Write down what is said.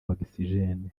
oxygene